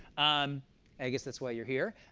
um i guess that's why you're here.